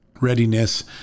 readiness